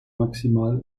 maximal